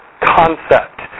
concept